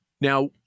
now